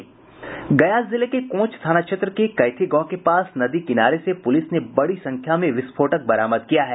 गया जिले के कोंच थाना क्षेत्र के कैथी गांव के पास नदी किनारे से पुलिस ने बडी संख्या में विस्फोटक बरामद किया है